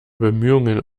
bemühungen